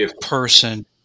person